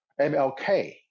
MLK